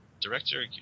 Director